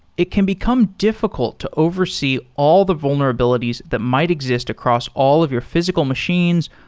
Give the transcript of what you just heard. it can become diffi cult to oversee all the vulnerabilities that might exist across all of your physical machines,